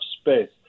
space